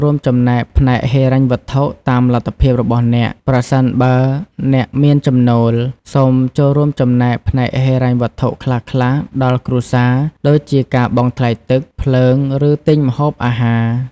រួមចំណែកផ្នែកហិរញ្ញវត្ថុ តាមលទ្ធភាពរបស់អ្នក ប្រសិនបើអ្នកមានចំណូល សូមចូលរួមចំណែកផ្នែកហិរញ្ញវត្ថុខ្លះៗដល់គ្រួសារ ដូចជាការបង់ថ្លៃទឹក ភ្លើង ឬទិញម្ហូបអាហារ។